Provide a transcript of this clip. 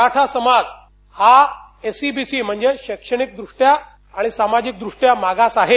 मराठा समाज हा S E B C म्हणजेच शैक्षणिकरदृष्ट्या आणि सामाजिकदृष्ट्या मागास आहे